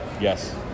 Yes